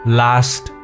last